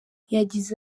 yagize